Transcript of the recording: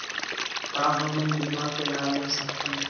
का हमन बीमा के लाभ ले सकथन?